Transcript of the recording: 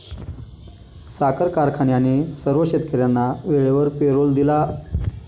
साखर कारखान्याने सर्व शेतकर्यांना वेळेवर पेरोल दिला